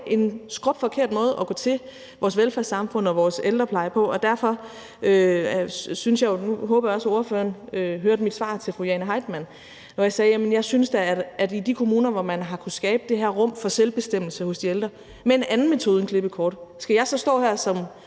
en skrupforkert måde at gå til vores velfærdssamfund og vores ældrepleje på, og jeg håber også, at ordføreren hørte mit svar til fru Jane Heitmann, hvor jeg sagde: Hvis der er kommuner, hvor man har kunnet skabe det her rum for selvbestemmelse for de ældre med en anden metode end klippekortet, skal jeg så stå her som